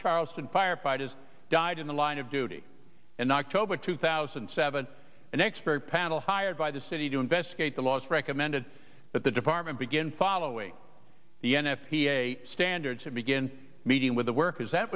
charleston firefighters died in the line of duty in october two thousand and seven an expert panel hired by the city to investigate the laws recommended that the department begin following the n f p a standards and begin meeting with the workers that